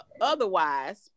Otherwise